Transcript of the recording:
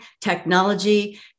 technology